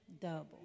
double